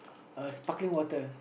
a sparkling water